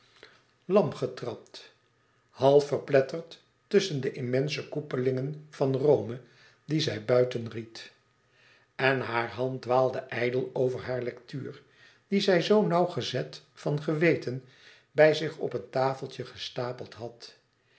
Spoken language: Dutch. lam getrapt half verpletterd tusschen de immense koepelingen van rome die zij buiten ried en hare hand dwaalde ijdel over hare lectuur die zij zoo nauwgezet van geweten bij zich op een tafeltje gestapeld had